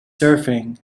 surfing